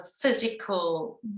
physical